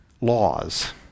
laws